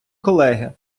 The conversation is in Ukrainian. колеги